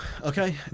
Okay